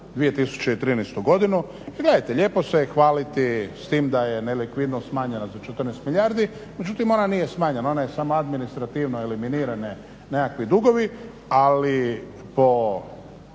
2013.godinu jer gledajte lijepo se hvaliti s tim da je nelikvidnost smanjena za 14 milijardi. Međutim ona nije smanjena ona je samo administrativno eliminirane nekakvi dugovi, ali po